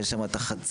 ויש שם את החצר.